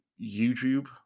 YouTube